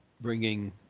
bringing